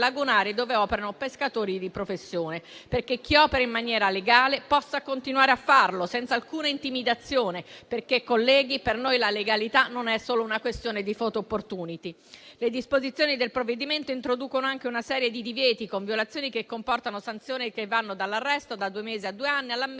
dove operano pescatori di professione, perché chi opera in maniera legale possa continuare a farlo senza alcuna intimidazione, perché, colleghi, per noi la legalità non è solo una questione di *photo opportunity*. Le disposizioni del provvedimento introducono anche una serie di divieti con violazioni che comportano sanzioni che vanno dall'arresto, da due mesi a due anni, all'ammenda